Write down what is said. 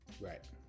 Right